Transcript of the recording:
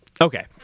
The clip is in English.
okay